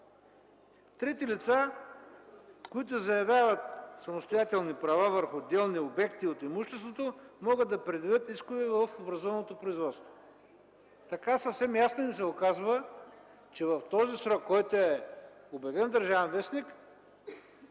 –„трети лица, които заявяват самостоятелни права върху отделни обекти от имуществото, могат да предявят искове в образуваното производство.” Така съвсем ясно им се указва, че в този срок, който е обявен в „Държавен вестник”,